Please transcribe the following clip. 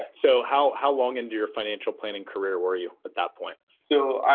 so, how how long into your financial planning career were you at that point? so,